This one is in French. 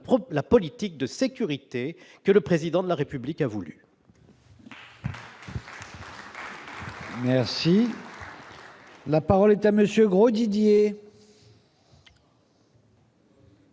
politique de sécurité, que le président de la République a voulu.